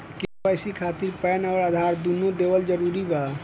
KYC खातिर PAN आउर आधार दुनों देवल जरूरी बा?